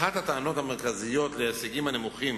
אחת הטענות המרכזיות לגבי ההישגים הנמוכים